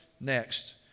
next